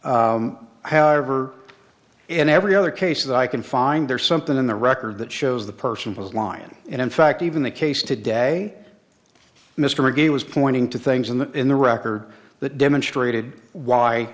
incomplete however in every other case that i can find there's something in the record that shows the person was lyon and in fact even the case today mr mcgee was pointing to things in the in the record that demonstrated why